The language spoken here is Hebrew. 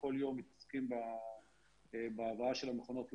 וכול יום מתעסקים בהבאה של המכונות לארץ,